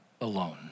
alone